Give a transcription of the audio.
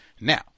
Now